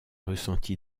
ressenti